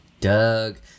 Doug